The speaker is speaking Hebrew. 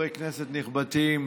חברי כנסת נכבדים,